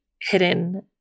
hidden